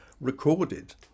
recorded